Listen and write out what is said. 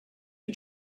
for